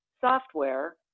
software